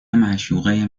معشوقه